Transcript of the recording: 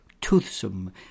toothsome